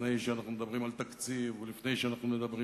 לפני שאנחנו מדברים על תקציב ולפני שאנחנו מדברים